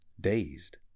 dazed